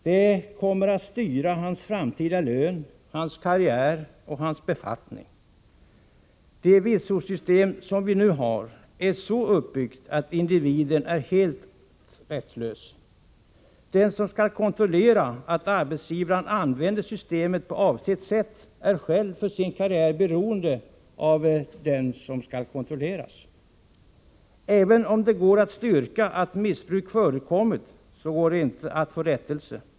Det kommer att styra hans framtida lön, karriär och befattning. Det vitsordssystem som vi har nu är så uppbyggt att individen är helt rättslös. De som skall kontrollera att arbetsgivaren använder systemet på avsett sätt är själva för sin karriär beroende av dem som de skall kontrollera. Även om det går att styrka att missbruk förekommit går det inte att få rättelse.